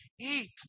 eat